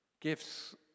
Gifts